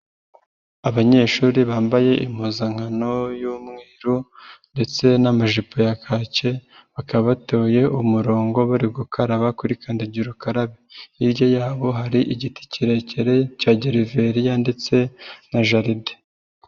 Abanyeshuri bambaye impuzankano y'umweru ndetse n'amajipo ya kake bakaba batoye umurongo bari gukaraba kuri kandagira ukarabe, hirya yabo hari igiti kirekire cya gereveriya ndetse na jaride.